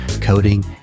coding